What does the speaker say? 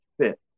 fit